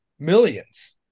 Millions